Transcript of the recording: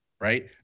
right